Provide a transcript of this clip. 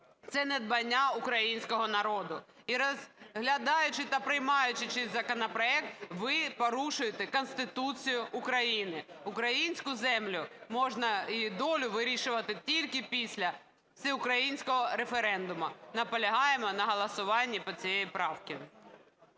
це надбання українського народу. І розглядаючи та приймаючи чийсь законопроект, ви порушуєте Конституцію України. Українську землю можна і долю вирішувати тільки після всеукраїнського референдуму. Наполягаємо на голосуванні по цій правці.